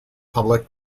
public